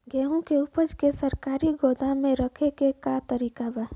गेहूँ के ऊपज के सरकारी गोदाम मे रखे के का तरीका बा?